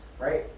right